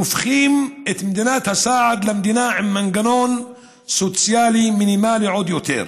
הופכים את מדינת הסעד למדינה עם מנגנון סוציאלי מינימלי עוד יותר.